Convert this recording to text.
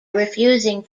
refusing